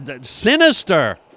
sinister